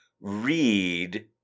read